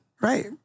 Right